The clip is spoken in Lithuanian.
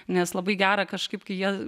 nes labai gera kažkaip kai jie